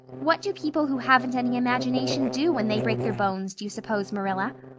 what do people who haven't any imagination do when they break their bones, do you suppose, marilla?